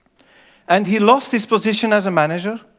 and he lost his position as a manager